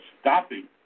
stopping